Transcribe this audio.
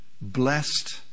blessed